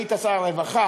כשהיית שר הרווחה,